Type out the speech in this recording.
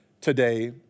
today